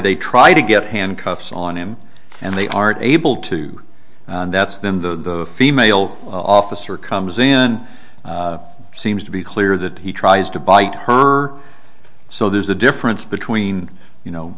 they try to get handcuffs on him and they aren't able to that's them the female officer comes in seems to be clear that he tries to bite her so there's a difference between you know